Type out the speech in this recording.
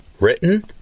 Written